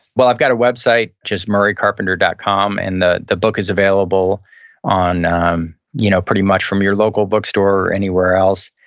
well, i've got a website, just murraycarpenter dot com and the the book is available on um you know pretty much from your local bookstore or anywhere else.